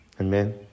Amen